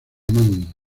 omán